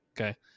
okay